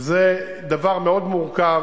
זה דבר מאוד מורכב,